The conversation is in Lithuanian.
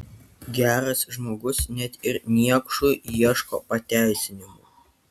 geras žmogus net ir niekšui ieško pateisinimų